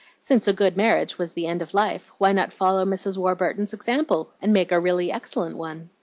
since a good marriage was the end of life, why not follow mrs. warburton's example, and make a really excellent one?